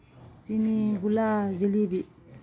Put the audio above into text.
ꯆꯤꯅꯤ ꯒꯨꯂꯥ ꯖꯤꯂꯤꯕꯤ